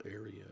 area